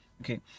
okay